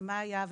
מה היה,